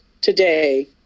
today